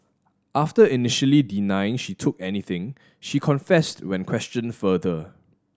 after initially denying she took anything she confessed when questioned further